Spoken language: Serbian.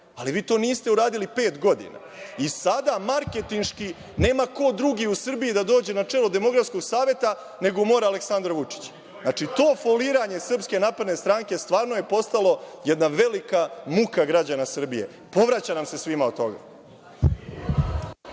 Vi to niste uradili pet godina i sada marketinški nema ko drugi u Srbiji da dođe na čelo Demografskog saveta, nego mora Aleksandar Vučić. To foliranje SNS stvarno je postalo jedna velika muka građana Srbije. Povraća nam se svima od toga.